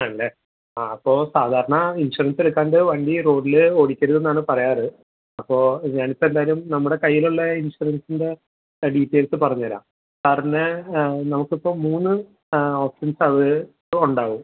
ആണല്ലെ ആ അപ്പോൾ സാധാരണ ഇൻഷുറൻസെടുക്കാണ്ട് വണ്ടി റോഡിൽ ഓടിക്കരുതെന്നാണ് പറയാറ് അപ്പോൾ ഞാനിപ്പം എന്തായാലും നമ്മുടെ കൈലുള്ള ഇൻഷുറൻസിൻ്റെ ഡീറ്റെയ്ൽസ്സ് പറഞ്ഞ് തരാം സാറിന് നമുക്കിപ്പം മൂന്ന് ഓപ്ഷൻസ്സ് എവേയ് ഉണ്ടാവും